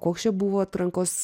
koks čia buvo atrankos